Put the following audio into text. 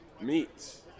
Meats